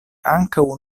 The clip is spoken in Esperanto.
ankaŭ